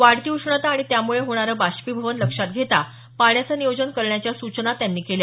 वाढती उष्णता आणि त्यामुळे होणारं बाष्पीभवन लक्षात घेता पाण्याचं नियोजन करण्याच्या सूचना त्यांनी केल्या